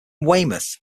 weymouth